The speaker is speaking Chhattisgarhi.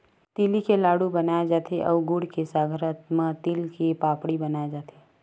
तिली के लाडू बनाय जाथे अउ गुड़ के संघरा म तिल के पापड़ी बनाए जाथे